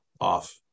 off-